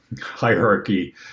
hierarchy